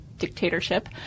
dictatorship